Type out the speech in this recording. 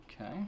Okay